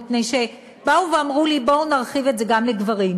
מפני שבאו ואמרו לי: בואו נרחיב את זה גם לגברים.